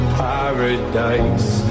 paradise